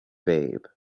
babe